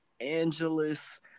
Angeles